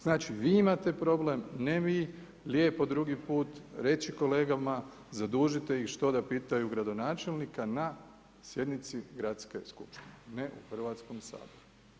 Znači vi imate problem, ne mi, lijepo drugi put reći kolegama, zadužite ih, što da pitaju gradonačelnika na sjednici gradske skupštine, ne u Hrvatskom saboru.